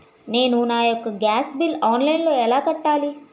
నేను నా యెక్క గ్యాస్ బిల్లు ఆన్లైన్లో ఎలా కట్టాలి?